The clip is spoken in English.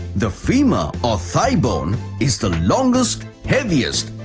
the femur, or thigh bone. is the longest, heaviest,